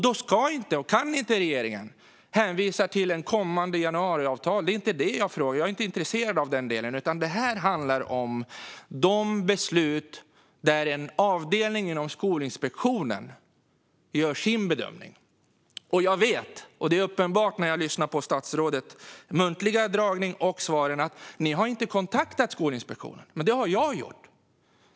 Då ska inte och kan inte regeringen hänvisa till ett kommande arbete enligt januariavtalet. Det är inte det jag frågar om. Jag är inte intresserad av den delen. Det handlar om beslut där en avdelning inom Skolinspektionen gör sin bedömning. Det är uppenbart när jag lyssnar på statsrådets muntliga föredragning och svaren att ni inte har kontaktat Skolinspektionen, men det har jag gjort.